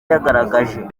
yagaragaje